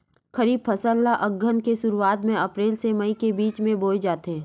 खरीफ फसल ला अघ्घन के शुरुआत में, अप्रेल से मई के बिच में बोए जाथे